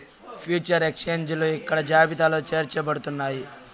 future ఎక్స్చేంజిలు ఇక్కడ జాబితాలో చేర్చబడుతున్నాయి